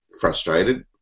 frustrated